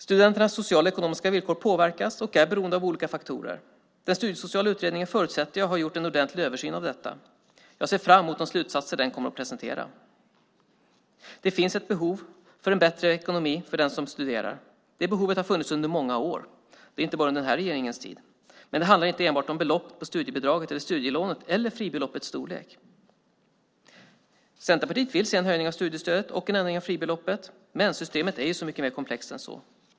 Studenternas sociala och ekonomiska villkor påverkas och är beroende av olika faktorer. Jag förutsätter att Studiesociala kommittén har gjort en ordentlig översyn av detta. Jag ser fram mot de slutsatser den kommer att presentera. Det finns ett behov av en bättre ekonomi för den som studerar. Det behovet har funnits under många år - inte bara under denna regerings tid - men det handlar inte enbart om beloppet på studiebidraget eller studielånet eller fribeloppets storlek. Centerpartiet vill se en höjning av studiestödet och en ändring av fribeloppet. Systemet är dock så mycket mer komplext än så.